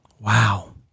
Wow